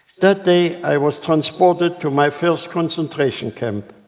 that day, i was transported to my first concentration camp,